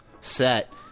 set